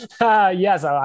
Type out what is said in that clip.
Yes